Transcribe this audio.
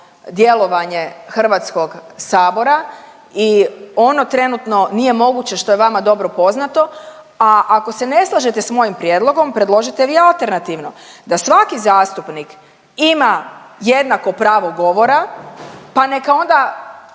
djelovanje HS i ono trenutno nije moguće, što je vama dobro poznato, a ako se ne slažete s mojim prijedlogom predložite vi alternativno da svaki zastupnik ima jednako pravo govora, pa neka onda